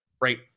right